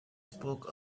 spoke